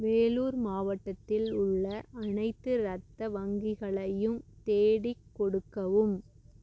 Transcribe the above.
வேலூர் மாவட்டத்தில் உள்ள அனைத்து ரத்த வங்கிகளையும் தேடிக் கொடுக்கவும்